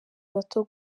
bato